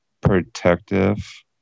protective